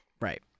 Right